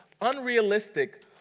unrealistic